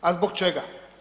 A zbog čega?